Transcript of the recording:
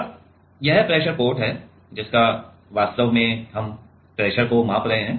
अब यह pressure port है जिसका वास्तव में हम प्रेशर को माप रहे हैं